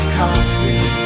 coffee